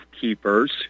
keepers